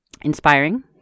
inspiring